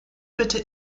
bitte